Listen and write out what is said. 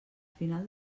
final